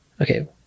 Okay